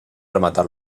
rematar